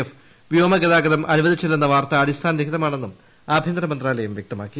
F വ്യോമ ഗതാഗതം അനുവദിച്ചില്ലെന്ന വാർത്ത അടിസ്ഥാനരഹിതമാണെന്നും ആഭ്യന്തര മന്ത്രാലയം വൃക്തമാക്കി